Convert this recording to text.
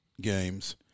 games